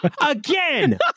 Again